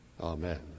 Amen